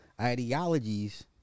ideologies